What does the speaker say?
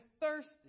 thirsty